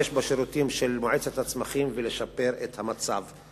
בשירותים של מועצת הצמחים ולשפר את המצב,